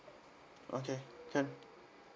okay can